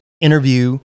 interview